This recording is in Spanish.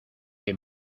que